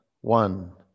one